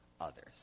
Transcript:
others